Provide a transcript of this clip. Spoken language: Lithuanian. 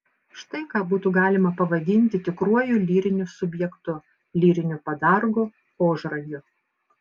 štai ką būtų galima pavadinti tikruoju lyriniu subjektu lyriniu padargu ožragiu